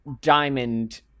diamond